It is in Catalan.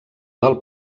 del